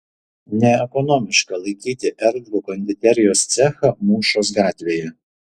neekonomiška laikyti erdvų konditerijos cechą mūšos gatvėje